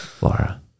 Laura